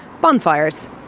bonfires